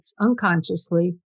unconsciously